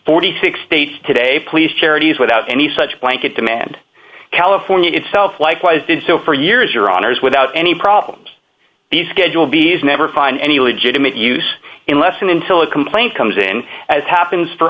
forty six states today police charities without any such blanket demand california itself likewise did so for years your honors without any problems the schedule b s never find any legitimate use in lesson until a complaint comes in as happens for